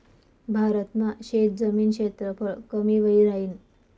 भारत मा शेतजमीन क्षेत्रफळ कमी व्हयी राहीन